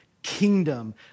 Kingdom